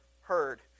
heard